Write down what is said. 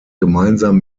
gemeinsam